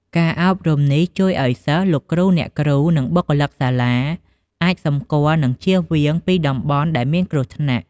ការអប់រំនេះជួយឲ្យសិស្ស លោកគ្រូ អ្នកគ្រូ និងបុគ្គលិកសាលាអាចសម្គាល់និងជៀសវាងពីតំបន់ដែលមានគ្រោះថ្នាក់។